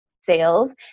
sales